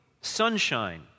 sunshine